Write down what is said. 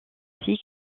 récits